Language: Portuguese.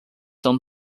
são